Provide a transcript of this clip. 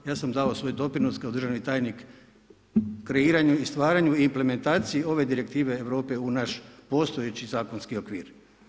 Ja sam dao svoj doprinos kao državni tajnik u kreiranju i stvaranju i implementaciju ove direktive Europe u naš postojeći zakonski okvir.